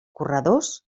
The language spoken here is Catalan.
corredors